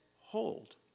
hold